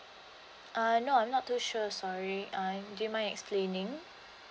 err no I'm not too sure sorry uh do you mind explaining